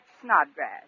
Snodgrass